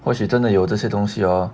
或许真的有这些东西咯